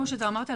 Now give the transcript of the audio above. כמו שאתה אמרת,